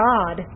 God